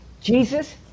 Jesus